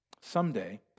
Someday